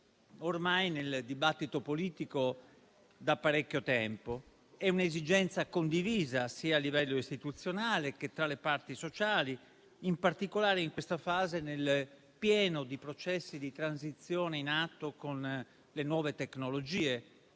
ormai nel dibattito politico da parecchio tempo. È un'esigenza condivisa sia a livello istituzionale che tra le parti sociali, in particolare in questa fase, nel pieno dei processi di transizione in atto con le nuove tecnologie,